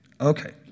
Okay